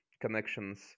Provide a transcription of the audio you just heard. connections